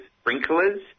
sprinklers